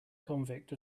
convict